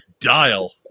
dial